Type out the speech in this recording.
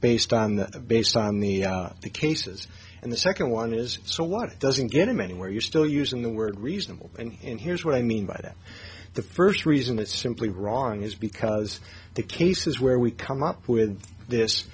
based on the based on the cases and the second one is so what doesn't get him anywhere you're still using the word reasonable and and here's what i mean by that the first reason is simply wrong is because the cases where we come up with this